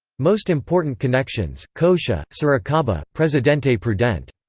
most important connections cotia, sorocaba, presidente prudente.